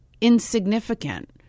insignificant